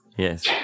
Yes